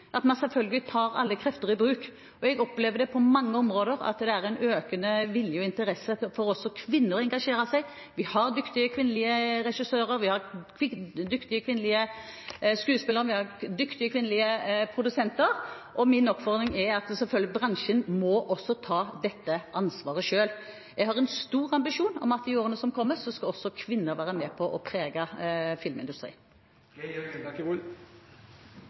økende vilje og interesse også blant kvinner for å engasjere seg. Vi har dyktige kvinnelige regissører, vi har dyktige kvinnelige skuespillere, og vi har dyktige kvinnelige produsenter, og min oppfordring er at bransjen selvfølgelig også må ta dette ansvaret selv. Jeg har en stor ambisjon om at i årene som kommer skal også kvinner være med på å prege filmindustrien.